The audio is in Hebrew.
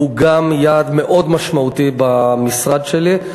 היא גם יעד מאוד משמעותי במשרד שלי.